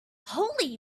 holy